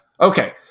Okay